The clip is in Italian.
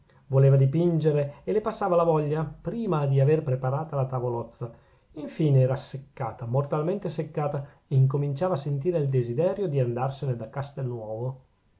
voleva dipingere e le passava la voglia prima di aver preparata la tavolozza infine era seccata mortalmente seccata e incominciava a sentire il desiderio di andarsene da castelnuovo